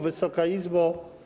Wysoka Izbo!